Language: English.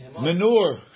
Manure